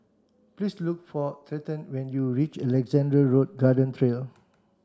please look for Trenten when you reach Alexandra Road Garden Trail